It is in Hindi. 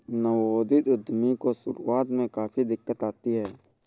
नवोदित उद्यमी को शुरुआत में काफी दिक्कत आती है